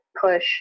push